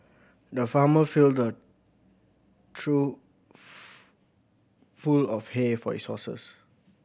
the farmer filled a trough full of hay for his horses